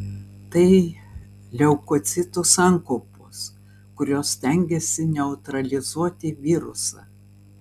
tai leukocitų sankaupos kurios stengiasi neutralizuoti virusą